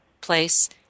place